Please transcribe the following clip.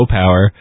power